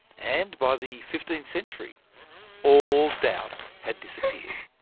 and by the fifteenth century all doubt had disappeared.